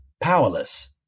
powerless